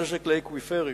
הנזק לאקוויפרים,